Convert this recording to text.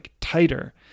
tighter